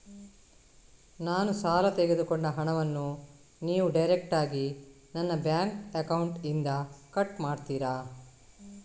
ನಾನು ಸಾಲ ತೆಗೆದುಕೊಂಡ ಹಣವನ್ನು ನೀವು ಡೈರೆಕ್ಟಾಗಿ ನನ್ನ ಬ್ಯಾಂಕ್ ಅಕೌಂಟ್ ಇಂದ ಕಟ್ ಮಾಡ್ತೀರಾ?